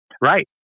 Right